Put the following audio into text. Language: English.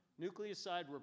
Nucleoside